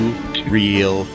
Real